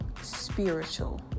spiritual